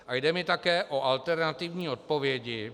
A jde mi také o alternativní odpovědi...